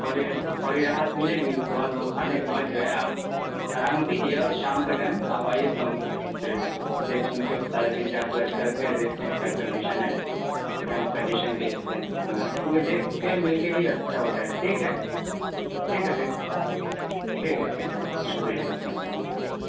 فوری فوری راحت ملے گی اس کے بعد وہ کھانے کے بعد جو ہے آرام کیجیے اور شام کے ٹائم آپ آیئے تو پھر دیکھ سن کے سارا چیز جانچ وانچ کرکے دیکھتے ہے کیا کنڈیشن ہے پھر ہم کنڈیشن کے اس سے کیونکہ دیکھ کے مل کے ہی اچھا ہوتا ہے ٹھیک ہے ٹھیک ہے پھر ٹھیک ہے ٹھیک ہے شکریہ